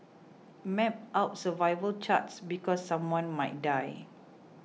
map out survival charts because someone might die